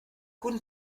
guten